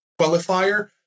qualifier